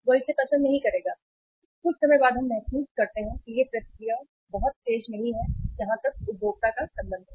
वह इसे पसंद नहीं करेगा और कुछ समय बाद हम महसूस करते हैं कि यह प्रतिक्रिया बहुत तेज नहीं है जहां तक उपभोक्ता का संबंध है